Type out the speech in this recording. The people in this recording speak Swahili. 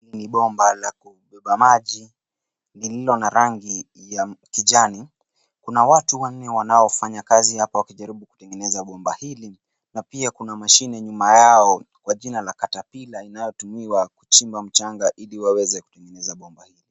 Ni bomba la kubeba maji, lililo na rangi ya kijani. Kuna watu wanne wanaofanya kazi hapo wakijaribu kutengeneza bomba hili, na pia kuna mashine nyuma yao, kwa jinala katapila , inayotumiwa kuchimba mchanga ili waweze kuingiza bomba hili.